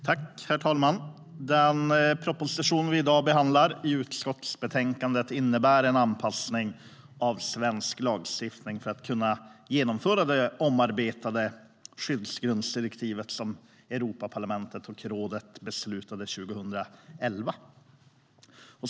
Herr talman! Den proposition vi i dag behandlar innebär en anpassning av svensk lagstiftning för att genomföra det omarbetade skyddsgrundsdirektiv som Europaparlamentet och rådet beslutade år 2011.